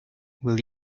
will